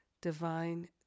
divine